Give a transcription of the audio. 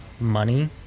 money